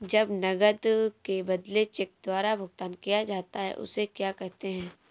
जब नकद के बदले चेक द्वारा भुगतान किया जाता हैं उसे क्या कहते है?